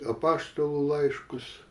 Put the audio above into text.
apaštalų laiškus